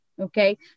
okay